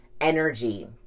energy